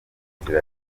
inzira